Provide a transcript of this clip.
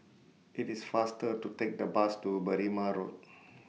IT IS faster to Take The Bus to Berrima Road